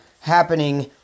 happening